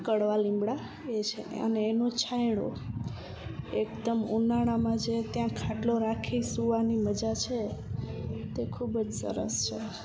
કડવા લીમડા એ છે અને એનો છાંયડો એકદમ ઉનાળામાં જે ત્યાં ખાટલો રાખી સૂવાની મજા છે તે ખૂબ જ સરસ છે